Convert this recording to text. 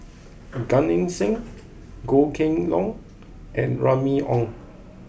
Gan Eng Seng Goh Kheng Long and Remy Ong